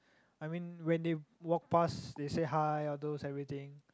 I mean when they walk pass they say hi all those everything